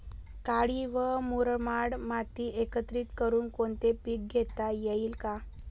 काळी व मुरमाड माती एकत्रित करुन कोणते पीक घेता येईल का?